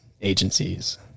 agencies